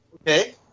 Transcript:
Okay